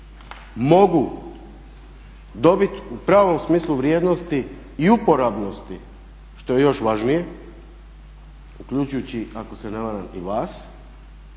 mogu dobiti u pravom smislu vrijednosti i uporabnosti što je još važnije uključujući ako se ne varam i vas